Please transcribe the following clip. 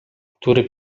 który